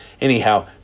anyhow